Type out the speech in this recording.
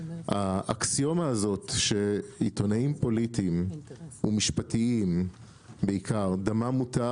האקסיומה הזאת שעיתונאים פוליטיים ומשפטיים בעיקר דמם מותר,